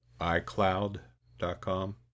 iCloud.com